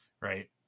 Right